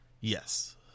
Yes